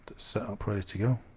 set up ready to go